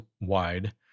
wide